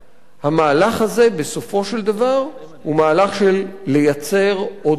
המהלך הזה בסופו של דבר ייצור עוד בעיות.